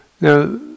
Now